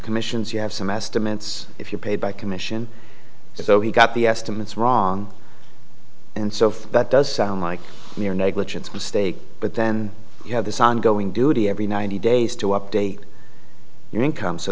commissions you have some estimates if you're paid by commission so he got the estimates wrong and so that does sound like mere negligence mistake but then you have this ongoing duty every ninety days to update your income so